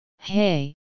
Hey